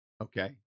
okay